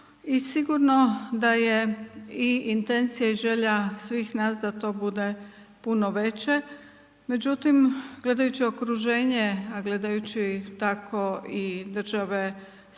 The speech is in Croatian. sigurno da je i intencija i želja svih nas da to bude puno veće. Međutim, gledajući okruženje a gledajući tako i države s kojima